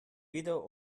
videl